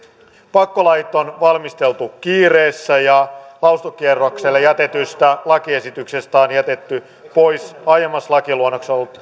pakkolait on valmisteltu kiireessä ja ja lausuntokierrokselle jätetystä lakiesityksestä on jätetty pois aiemmassa lakiluonnoksessa olleita